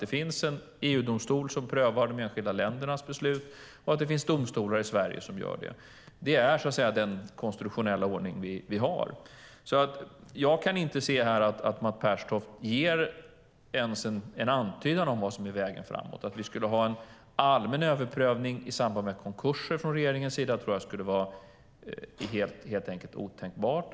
Det finns en EU-domstol som prövar de enskilda ländernas beslut, och det finns domstolar i Sverige som gör det. Det är den konstitutionella ordning vi har. Jag kan inte se att Mats Pertoft ens ger en antydan om vad som är vägen framåt. Att vi från regeringens sida skulle ha en allmän överprövning i samband med konkurser tror jag helt enkelt skulle vara otänkbart.